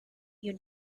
you